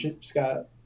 scott